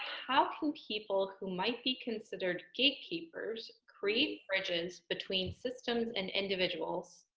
how can people who might be considered gatekeepers create bridges between systems and individuals,